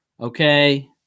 Okay